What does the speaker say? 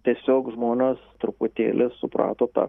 tiesiog žmonės truputėlį suprato tą